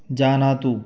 जानातु